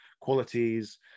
qualities